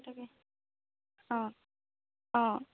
তাকে অঁ অঁ